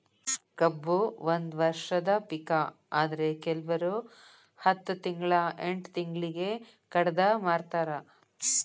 ಕಬ್ಬು ಒಂದ ವರ್ಷದ ಪಿಕ ಆದ್ರೆ ಕಿಲ್ವರು ಹತ್ತ ತಿಂಗ್ಳಾ ಎಂಟ್ ತಿಂಗ್ಳಿಗೆ ಕಡದ ಮಾರ್ತಾರ್